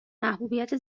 محبوبیت